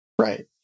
Right